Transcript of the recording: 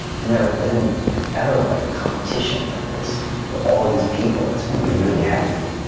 i've never been in ever like a competition like this with all of these people, it's gonna be really hectic,